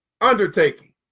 undertaking